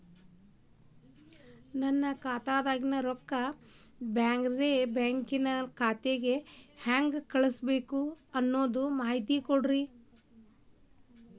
ನನ್ನ ಖಾತಾದಾಗಿನ ರೊಕ್ಕ ಬ್ಯಾರೆ ಬ್ಯಾಂಕಿನ ನನ್ನ ಖಾತೆಕ್ಕ ಹೆಂಗ್ ಕಳಸಬೇಕು ಅನ್ನೋ ಮಾಹಿತಿ ಕೊಡ್ರಿ?